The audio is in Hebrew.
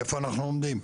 איפה אנחנו עומדים,